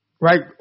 Right